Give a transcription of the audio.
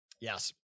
Yes